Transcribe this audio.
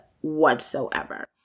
whatsoever